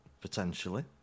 Potentially